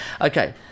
Okay